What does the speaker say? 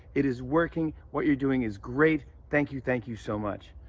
it is working. what you're doing is great. thank you. thank you so much.